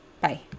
Bye